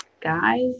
guys